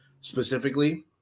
specifically